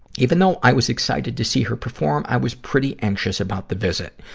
even though i was excited to see her perform, i was pretty anxious about the visit.